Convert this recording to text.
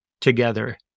together